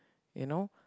you know